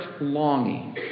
longing